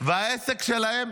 והעסק שלהם